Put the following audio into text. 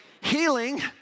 Healing